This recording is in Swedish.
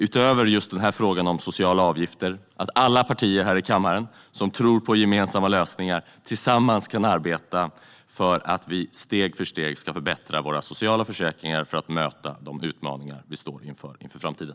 Utöver just denna fråga om socialavgifter hoppas jag att alla partier här i kammaren som tror på gemensamma lösningar tillsammans kan arbeta för att vi steg för steg ska förbättra våra socialförsäkringar för att möta de utmaningar som vi står inför i framtiden.